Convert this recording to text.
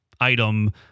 item